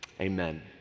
Amen